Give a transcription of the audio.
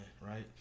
Right